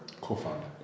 co-founder